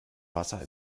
wasser